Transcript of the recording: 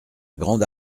grande